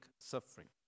suffering